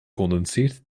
condenseert